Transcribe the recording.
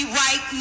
right